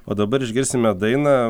o dabar išgirsime dainą